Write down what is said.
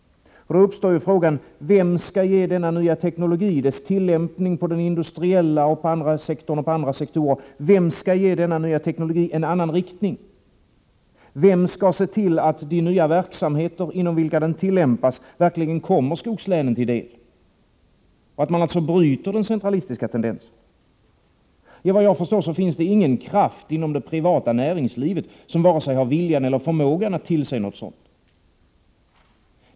Då uppstår frågan: Vem skall ge denna nya teknologi dess tillämpning på den industriella och andra sektorer? Vem skall ge denna nya teknologi en annan riktning? Vem skall se till att de nya verksamheter inom vilken den tillämpas verkligen kommer skogslänen till del och därigenom bryter den centraliserande tendensen? Efter vad jag förstår finns det inte någon kraft inom det privata näringslivet som har vilja eller förmåga att tillse något sådant.